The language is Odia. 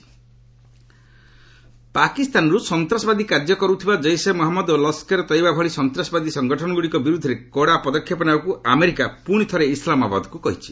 ୟୁଏସ୍ ପାକ୍ ଟେରର୍ ପାକିସ୍ତାନର୍ ସନ୍ତାସବାଦୀ କାର୍ଯ୍ୟ କରୁଥିବା ଜୈସେ ମହମ୍ମଦ ଓ ଲସ୍କରେ ତୟବା ଭଳି ସନ୍ତାସବାଦୀ ସଙ୍ଗଠନଗୁଡ଼ିକ ବିରୁଦ୍ଧରେ କଡ଼ ପଦକ୍ଷେପ ନେବାକୁ ଆମେରିକା ପୁଣି ଥରେ ଇସ୍ଲାମାବାଦକୁ କହିଛି